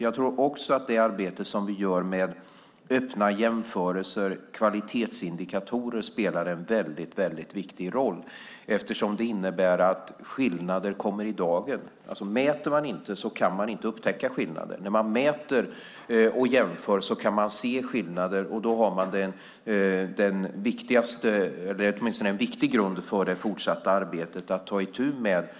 Jag tror också att det arbete som vi gör med öppna jämförelser och kvalitetsindikatorer spelar en väldigt viktig roll. Det innebär att skillnader kommer i dagen. Mäter man inte kan man inte upptäcka skillnader. När man mäter och jämför kan man se skillnader, och då har man en viktig grund för det fortsatta arbetet att ta itu med detta.